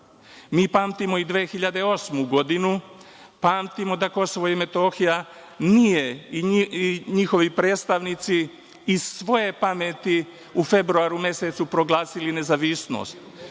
Mi pamtimo i 2008. godinu, pamtimo da KiM i njihovi predstavnici iz svoje pameti nisu u februaru mesecu proglasili nezavisnost.